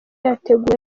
yateguwe